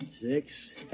Six